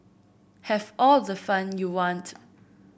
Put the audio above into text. have all the fun you want